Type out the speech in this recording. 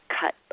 cut